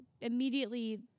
immediately